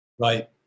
Right